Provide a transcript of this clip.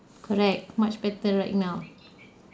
correct much better right now